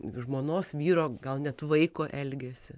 žmonos vyro gal net vaiko elgesį